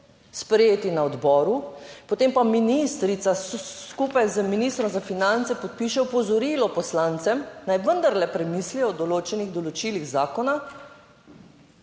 sprejeti na odboru, potem pa ministrica skupaj z ministrom za finance podpiše opozorilo poslancem, naj vendarle premislijo o določenih določilih zakona,